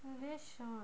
like very short